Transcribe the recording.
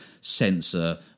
sensor